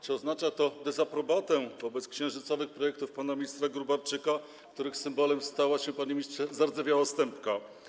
Czy oznacza to dezaprobatę wobec księżycowych projektów pana ministra Gróbarczyka, których symbolem stała się, panie ministrze, zardzewiała stępka?